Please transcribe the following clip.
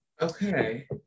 Okay